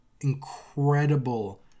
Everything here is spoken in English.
incredible